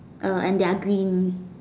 err and their green